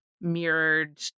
mirrored